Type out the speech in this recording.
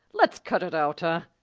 let's cut it out, huh?